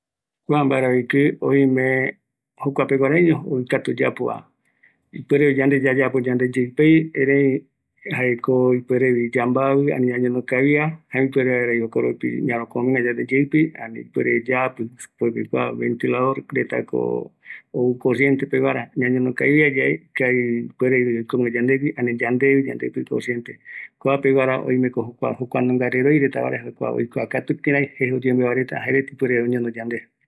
Kua mbaravɨkɨ pegua oïmeko jokua peguaraïñova, oikatu oyaporeta, kuako yaikatuta kïraï oñeñono vaera, kua oïtako corriente ndive, yaikatua yave ngara ikavi, jaeramo yaekata iyapoareta